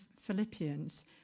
Philippians